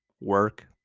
Work